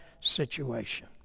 situation